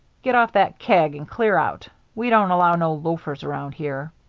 get off that keg and clear out. we don't allow no loafers around here.